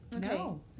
No